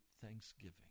Thanksgiving